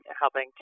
helping